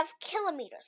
kilometers